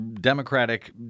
Democratic